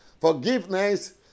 Forgiveness